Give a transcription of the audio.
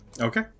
Okay